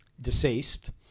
deceased